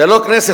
זה לא כנסת.